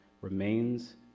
remains